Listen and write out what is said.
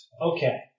Okay